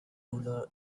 ruler